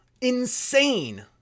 insane